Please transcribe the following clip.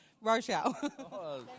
Rochelle